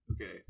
Okay